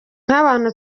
nk’abantu